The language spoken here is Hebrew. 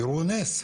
תראו נס.